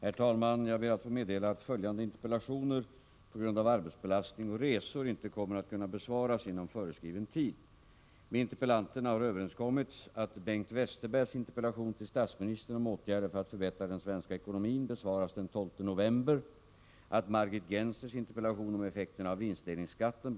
I en interpellationsdebatt mellan finansminister Kjell-Olof Feldt och mig den 2 maj 1983 gjorde finansministern följande uttalande: ”Om det i framtiden framläggs något förslag om en ny skatt för villafastigheter, är det i så fall ett resultat av överväganden som kan komma att göras i den nyligen tillkallade bostadskommittén.